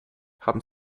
haben